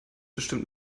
bestimmt